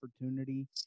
opportunity